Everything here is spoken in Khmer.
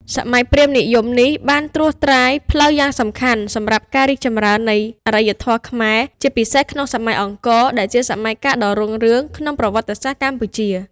សម័យព្រាហ្មណ៍និយមនេះ បានត្រួសត្រាយផ្លូវយ៉ាងសំខាន់សម្រាប់ការរីកចម្រើននៃអរិយធម៌ខ្មែរ ជាពិសេសក្នុងសម័យអង្គរ ដែលជាសម័យកាលដ៏រុងរឿងក្នុងប្រវត្តិសាស្ត្រកម្ពុជា។